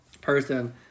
person